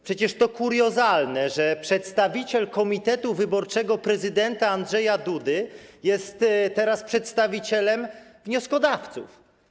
Przecież to kuriozalne, że przedstawiciel komitetu wyborczego prezydenta Andrzeja Dudy jest teraz przedstawicielem wnioskodawców.